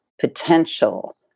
potential